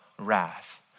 wrath